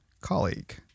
colleague